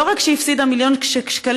לא רק שהפסידה מיליון שקלים,